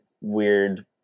weird